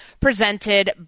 presented